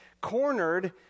cornered